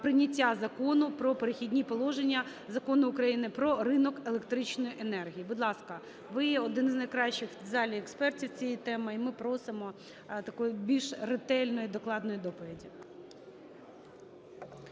прийняття Закону про "Перехідні положення" Закону України "Про ринок електричної енергії". Будь ласка. Ви один з найкращих в залі експертів цієї теми, і ми просимо такої більш ретельної, докладної доповіді.